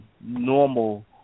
normal